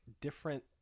different